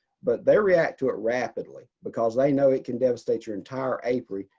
but they react to it rapidly because they know it can devastate your entire apiary.